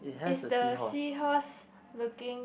is the seahorse looking